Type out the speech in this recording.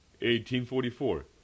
1844